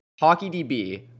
HockeyDB